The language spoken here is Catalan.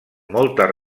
moltes